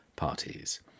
parties